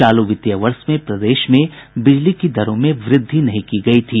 चालू वित्तीय वर्ष में प्रदेश में बिजली की दरों में वृद्धि नहीं की गयी थी